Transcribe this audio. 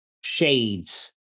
Shades